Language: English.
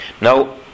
Now